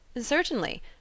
Certainly